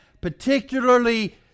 particularly